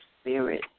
Spirit